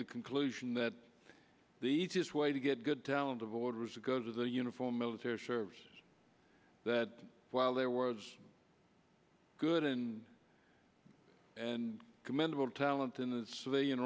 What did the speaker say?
the conclusion that the easiest way to get good talent avoid was to go to the uniform military service that while there was good and and commendable talent in the civilian